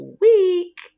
week